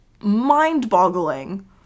mind-boggling